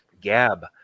Gab